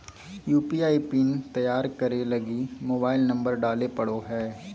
UPI PIN तैयार करे लगी मोबाइल नंबर डाले पड़ो हय